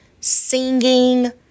singing